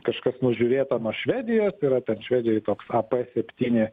kažkas nužiūrėta nuo švedijos iyra ten švedijoje toks ap septyni